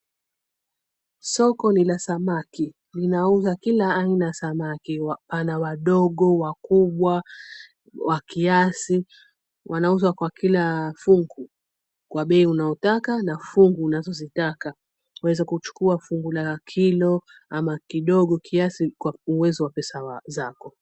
Soko ni la samaki. Linauza kila aina ya samaki, ana wadogo, wakubwa, wa kiasi. Wanauzwa kwa kila fungu kwa bei unaotaka na fungu unazozitaka. Waweza kuchukua fungu la kilo ama kidogo kiasi kwa uwezo wa pesa zako.